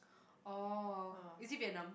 oh is it Vietnam